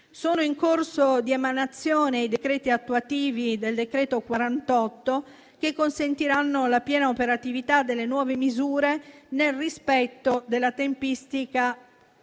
Sono in corso di emanazione i decreti attuativi del decreto-legge n. 48 del 2023 che consentiranno la piena operatività delle nuove misure nel rispetto della tempistica